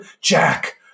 jack